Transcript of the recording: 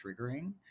triggering